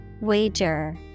Wager